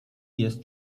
jest